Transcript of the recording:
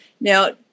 Now